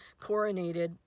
coronated